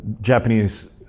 Japanese